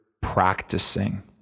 practicing